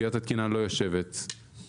סוגיית התקינה לא יושבת במשרד הבריאות.